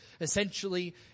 Essentially